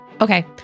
Okay